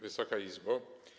Wysoka Izbo!